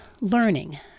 learning